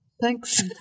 thanks